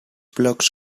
blocks